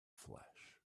flash